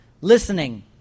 listening